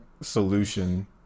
solution